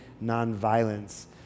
non-violence